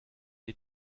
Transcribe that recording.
est